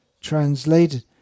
translated